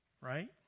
Right